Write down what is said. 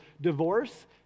divorce